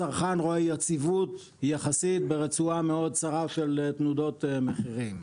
הצרכן רואה יציבות יחסית ברצועה מאוד צרה של תנודות מחירים.